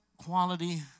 quality